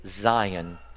Zion